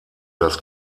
das